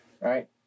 Right